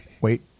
Wait